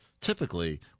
typically